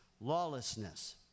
lawlessness